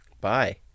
Bye